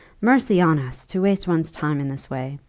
mercy on us! to waste one's time in this way!